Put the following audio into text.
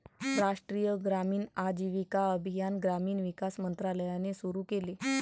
राष्ट्रीय ग्रामीण आजीविका अभियान ग्रामीण विकास मंत्रालयाने सुरू केले